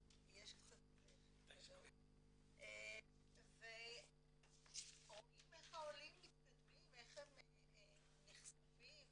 150. רואים איך העולים מתקדמים, איך הם נחשפים,